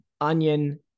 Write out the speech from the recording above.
Onion